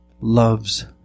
loves